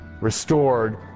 restored